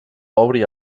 obri